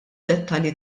dettalji